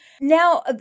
Now